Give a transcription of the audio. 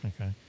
Okay